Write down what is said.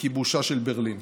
וכיבושה של ברלין.